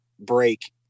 Break